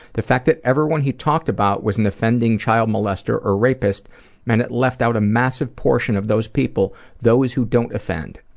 the fact that everyone he talked about was an offending child molester or rapist meant that it left out a massive portion of those people, those who don't offend.